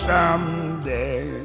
Someday